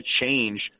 change